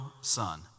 son